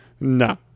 No